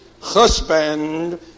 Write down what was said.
husband